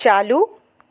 चालू